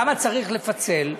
למה צריך לפצל?